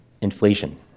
Inflation